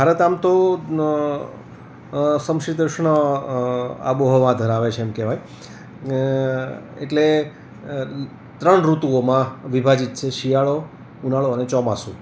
ભારત આમ તો સમસીતોષ્ણ આબોહવા ધરાવે છે એમ કહેવાય અને એટલે અ ત્ર ત્રણ ઋતુઓમાં વિભાજીત છે શિયાળો ઉનાળો અને ચોમાસુ